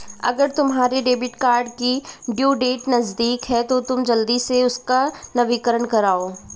अगर तुम्हारे debit card की ड्यू डेट नज़दीक है तो तुम जल्दी से उसका नवीकरण करालो